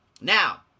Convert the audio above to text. Now